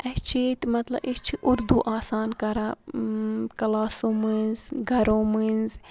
اَسہِ چھِ ییٚتہِ مَطلَب أسۍ چھِ اردوٗ آسان کَران کَلاسو مٔنٛزۍ گَرو مٔنٛزۍ